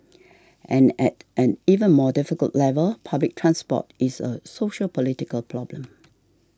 and at an even more difficult level public transport is a sociopolitical problem